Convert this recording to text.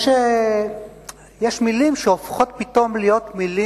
יש מלים שהופכות פתאום להיות מלים